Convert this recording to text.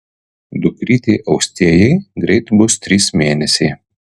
dukrytei austėjai greit bus trys mėnesiai